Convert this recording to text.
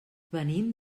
venim